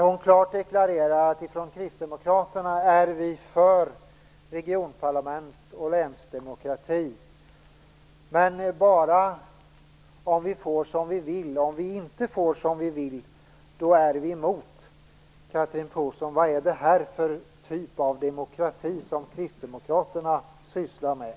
Hon deklarerade klart att vi i Kristdemokraterna är för regionparlament och länsdemokrati, men bara om vi får som vi vill - om vi inte får som vi vill är vi emot. Chatrine Pålsson! Vad är det här för typ av demokrati som Kristdemokraterna sysslar med?